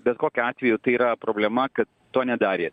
bet kokiu atveju tai yra problema kad to nedarė